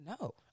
No